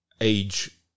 age